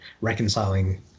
reconciling